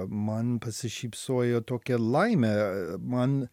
man pasišypsojo tokia laimė a man